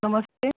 नमस्ते